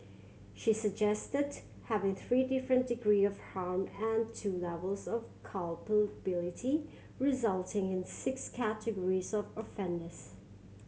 she suggested having three different degrees of harm and two levels of culpability resulting in six categories of offenders